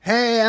Hey